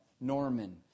Norman